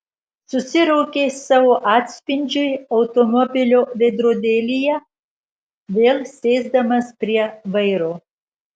susiraukė savo atspindžiui automobilio veidrodėlyje vėl sėsdamas prie vairo